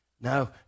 No